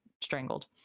strangled